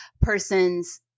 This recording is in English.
persons